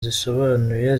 zisobanuye